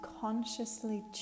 consciously